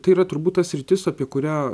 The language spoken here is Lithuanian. tai yra turbūt ta sritis apie kurią